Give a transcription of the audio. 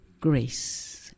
grace